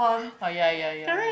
oh ya ya ya ya